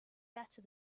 better